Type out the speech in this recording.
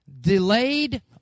Delayed